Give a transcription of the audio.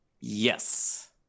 Yes